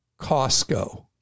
Costco